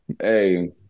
Hey